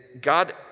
God